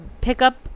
pickup